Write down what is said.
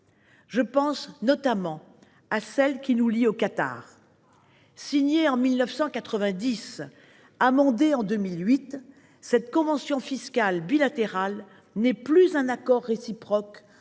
Je pense notamment à l’accord qui nous lie au Qatar. Ah ! Très bien ! Signée en 1990 et amendée en 2008, cette convention fiscale bilatérale n’est plus un accord réciproque